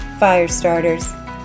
Firestarters